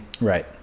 Right